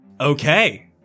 Okay